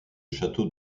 château